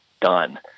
done